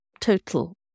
total